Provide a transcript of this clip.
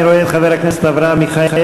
אני רואה את חבר הכנסת אברהם מיכאלי.